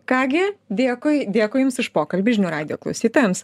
ką gi dėkui dėkui jums už pokalbį žinių radijo klausytojams